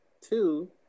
Two